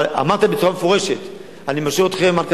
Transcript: אבל אמרתי בצורה מפורשת: אני משאיר אתכם על כנכם,